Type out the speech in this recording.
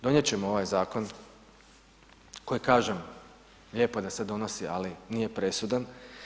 Donijet ćemo ovaj zakon koji kažem, lijepo je da se donosi, ali nije presudan.